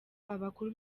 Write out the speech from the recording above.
abakuru